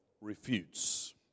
refutes